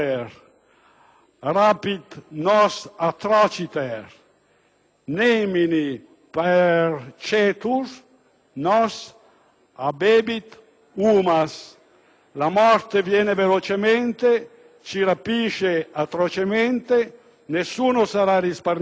rapit nos atrociter, nemini parcetur. Nos habebit humus»*, vale a dire: «La morte viene velocemente, ci rapisce atrocemente, nessuno sarà risparmiato.